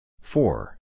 four